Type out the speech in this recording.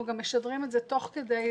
אנחנו גם משדרים את זה תוך כדי.